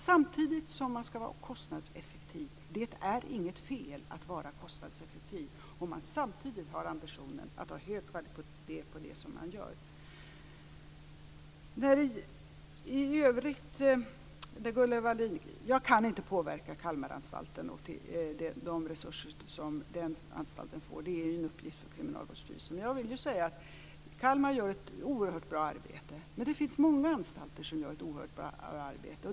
Samtidigt ska man vara kostnadseffektiv. Det är inget fel i att vara kostnadseffektiv om man samtidigt har ambitionen att ha hög kvalitet på det som man gör. Till Gunnel Wallin vill jag säga att jag inte kan påverka Kalmaranstalten och de resurser som den anstalten får. Det är en uppgift för Kriminalvårdsstyrelsen. Jag vill säga att Kalmaranstalten gör ett oerhört bra arbete. Men det finns många anstalter som gör ett oerhört bra arbete.